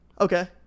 Okay